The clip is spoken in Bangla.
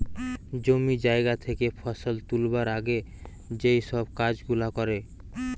জমি জায়গা থেকে ফসল তুলবার আগে যেই সব কাজ গুলা করে